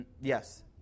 Yes